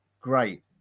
great